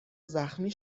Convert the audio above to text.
زخمی